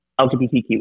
LGBTQ